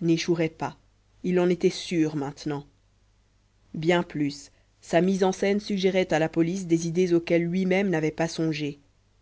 n'échouerait pas il en était sûr maintenant bien plus sa mise en scène suggérait à la police des idées auxquelles lui-même n'avait pas songé